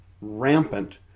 rampant